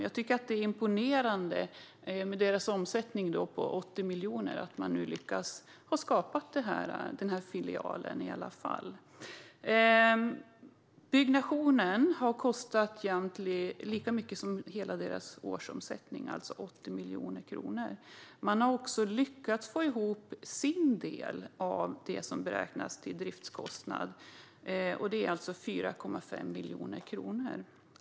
Jag tycker att det är imponerande att man med en omsättning på 80 miljoner i alla fall har lyckats skapa den här filialen. Byggnationen har kostat Jamtli lika mycket som hela deras årsomsättning, alltså 80 miljoner kronor. Man har också lyckats få ihop sin del av det som beräknas som årlig driftskostnad, 4,5 miljoner kronor.